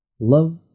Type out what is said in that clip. Love